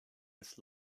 his